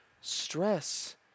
Stress